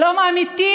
שלום אמיתי